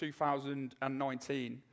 2019